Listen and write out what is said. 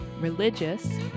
religious